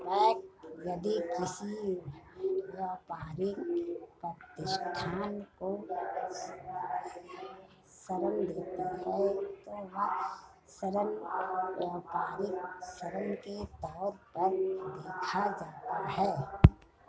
bank यदि किसी व्यापारिक प्रतिष्ठान को ऋण देती है तो वह ऋण व्यापारिक ऋण के तौर पर देखा जाता है